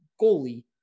goalie